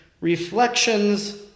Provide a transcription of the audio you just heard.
reflections